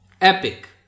Epic